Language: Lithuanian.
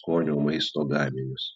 skonio maisto gaminius